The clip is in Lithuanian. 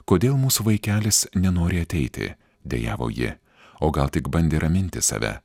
kodėl mūsų vaikelis nenori ateiti dejavo ji o gal tik bandė raminti save